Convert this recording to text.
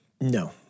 No